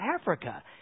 Africa